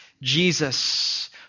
Jesus